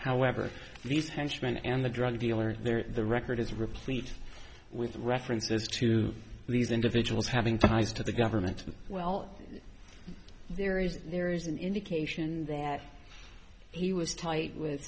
however these henchmen and the drug dealers there the record is replete with references to these individuals having ties to the government well there is there is an indication that he was tight with